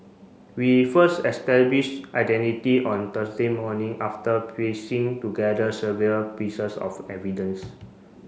we first established identity on Thursday morning after piecing together severe pieces of evidence